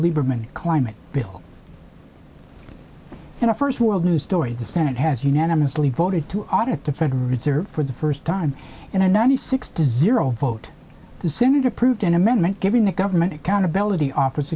lieberman climate bill and a first world news story the senate has unanimously voted to audit the fed reserve for the first time in a ninety six to zero vote the senate approved an amendment giving the government accountability office